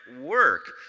work